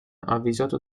avvisato